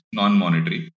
non-monetary